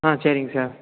ஆ சரிங் சார்